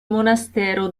monastero